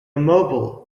mobile